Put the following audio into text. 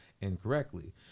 incorrectly